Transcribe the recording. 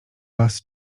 was